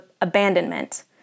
abandonment